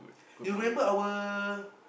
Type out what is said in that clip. you remember our